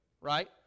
right